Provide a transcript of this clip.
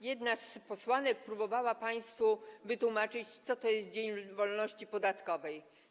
Jedna z posłanek próbowała państwu wytłumaczyć, co to jest dzień wolności podatkowej.